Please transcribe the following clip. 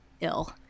ill